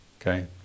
okay